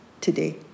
today